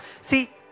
See